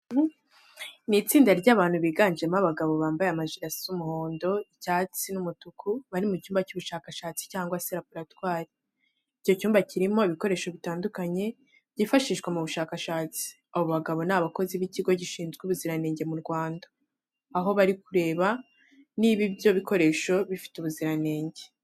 Ni itsinda ry'abantu biganjemo abagabo bambaye amajire asa umuhondo, icyatsi n'umutuku, bari mu cyumba cy'ubushakashatsi cyangwa se laboratwari. Icyo cyumba kirimo ibikoresho bitandukanye byifashishwa mu bushakashatsi. Abo bagabo ni abakozi b'Ikigo gishinzwe ubuziranenge mu Rwanda, aho bari kureba niba ibyo bikoresho bifite ubuziranenge.